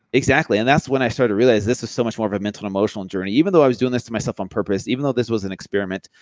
exactly. and that's when i started to realize, this is so much more of a mental emotional journey. even though i was doing this to myself on purpose, even though this was an experiment,